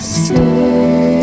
stay